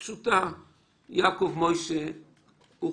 בוצעה פעולה באמצעות העברה אלקטרונית ייכללו בדיווח